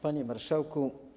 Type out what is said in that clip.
Panie Marszałku!